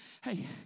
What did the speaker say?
hey